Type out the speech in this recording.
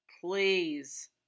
Please